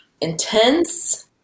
intense